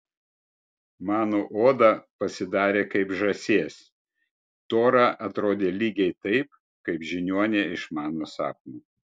mano oda pasidarė kaip žąsies tora atrodė lygiai taip kaip žiniuonė iš mano sapno